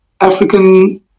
African